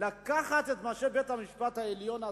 ולקחת את מה שבית-המשפט העליון עשה,